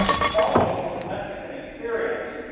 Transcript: following his mexican experience